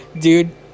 Dude